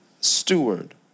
steward